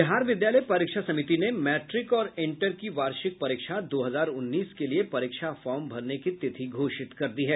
बिहार विद्यालय परीक्षा समिति ने मैट्रिक और इंटर की वार्षिक परीक्षा दो हजार उन्नीस के लिए परीक्षा फार्म भरने की तिथि घोषित कर दी है